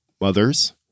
mothers